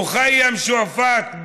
מוח'יים שועפאט,